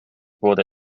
wurde